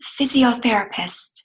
physiotherapist